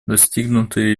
достигнутые